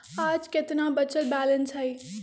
आज केतना बचल बैलेंस हई?